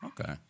Okay